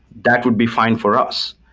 that would be fine for us.